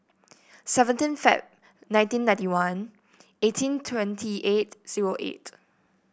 seventeen Feb nineteen ninety one eighteen twenty eight zero eight